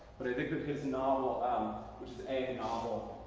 but i think that his novel which is a and novel,